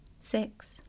Six